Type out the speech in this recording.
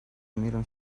миром